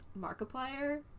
Markiplier